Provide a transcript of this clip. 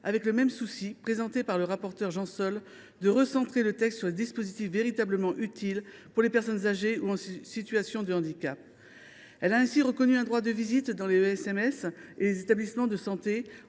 avec le même souci, exprimé par le rapporteur Jean Sol, de recentrer le texte sur les dispositifs véritablement utiles pour les personnes âgées ou en situation de handicap. Elle a ainsi reconnu un droit de visite dans les ESMS et les établissements de santé